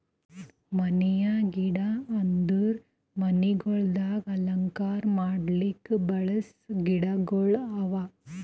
ಮನೆಯ ಗಿಡ ಅಂದುರ್ ಮನಿಗೊಳ್ದಾಗ್ ಅಲಂಕಾರ ಮಾಡುಕ್ ಬೆಳಸ ಗಿಡಗೊಳ್ ಅವಾ